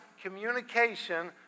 communication